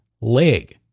leg